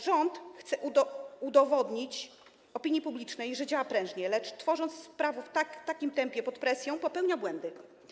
Rząd chce udowodnić opinii publicznej, że działa prężnie, lecz tworząc prawo w takim tempie, pod presją, popełnia błędy.